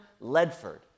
Ledford